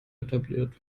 etabliert